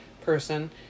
person